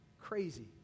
crazy